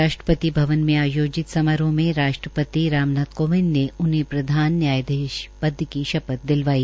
राष्ट्रपति भवन में आयोजित समारोह में राष्ट्रपति राम नाथ कोविंद ने उन्हें प्रधान न्यायाधीश पद की शपथ दिलवाई